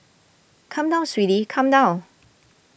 come down sweetie come down